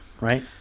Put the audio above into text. right